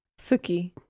Suki